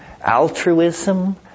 altruism